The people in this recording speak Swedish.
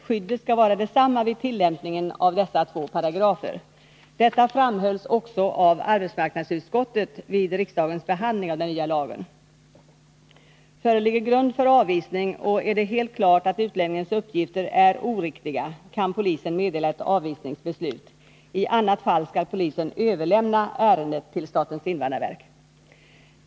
Skyddet skall vara detsamma vid tillämpningen av dessa två paragrafer. Detta framhölls också av arbetsmarknadsutskottet vid riksdagens behandling av den nya lagen. Föreligger grund för avvisning och är det helt klart att utlänningens uppgifter är oriktiga, kan polisen meddela ett avvisningsbeslut. I annat fall skall polisen överlämna ärendet till statens invandrarverk.